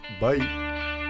bye